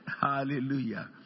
hallelujah